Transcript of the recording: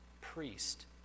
priest